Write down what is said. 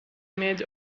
made